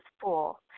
full